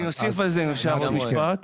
אני אוסיף עוד משפט.